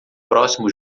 próximo